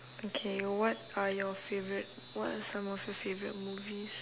okay what are your favourite what are some of your favourite movies